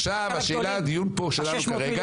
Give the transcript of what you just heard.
עכשיו השאלה הדיון פה שלנו כרגע.